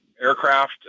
aircraft